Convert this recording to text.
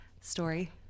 story